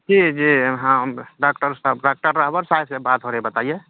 جی جی ہاں ہم ڈاکٹر صاحب ڈاکٹر راوت صاحب سے بات ہو رہی ہے بتائیے